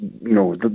no